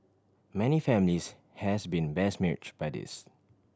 many families has been besmirch by this